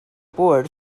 board